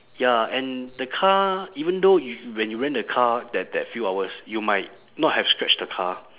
ya and the car even though you when you rent the car that that few hours you might not have scratched the car